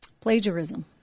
plagiarism